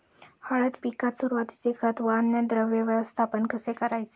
हळद पिकात सुरुवातीचे खत व अन्नद्रव्य व्यवस्थापन कसे करायचे?